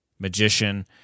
magician